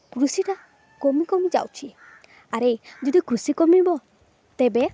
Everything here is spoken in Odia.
କୃଷିଟା କମି କମି ଯାଉଛି ଆରେ ଯଦି କୃଷି କମିବ ତେବେ